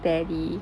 tele